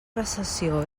recessió